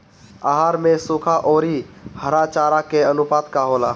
आहार में सुखा औरी हरा चारा के आनुपात का होला?